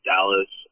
Dallas